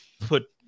put